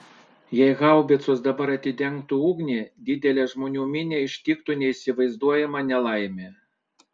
jei haubicos dabar atidengtų ugnį didelę žmonių minią ištiktų neįsivaizduojama nelaimė